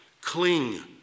Cling